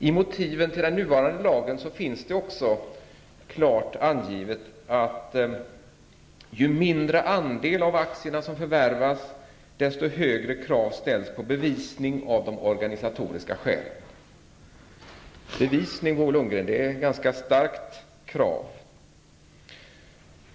I motiven till den nuvarande lagen finns det också klart angivet att ju mindre andel av aktierna som förvärvas, desto högre krav ställs på bevisning av de organisatoriska skälen. Bevisning, Bo Lundgren, är ett ganska starkt krav.